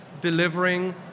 delivering